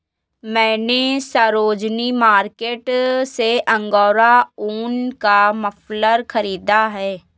मैने सरोजिनी मार्केट से अंगोरा ऊन का मफलर खरीदा है